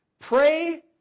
Pray